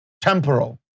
temporal